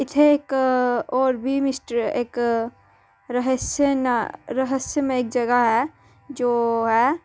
इ'त्थें इक होर बी मिस्टर इक रहस्य न रहस्यमय जगह ऐ जो ऐ